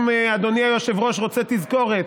אם אדוני היושב-ראש רוצה תזכורת,